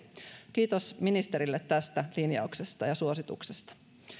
kiitos ministerille tästä linjauksesta ja suosituksesta